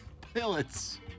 Pilots